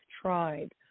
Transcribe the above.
tried